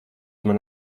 man